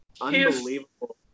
unbelievable